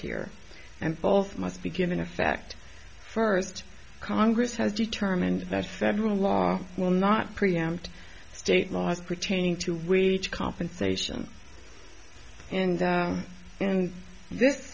here and both must begin in effect first congress has determined that federal law will not preempt state laws pertaining to reach compensation and and